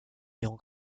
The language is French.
ayant